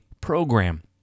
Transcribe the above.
program